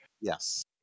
Yes